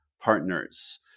Partners